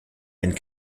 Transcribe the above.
and